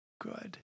good